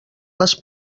les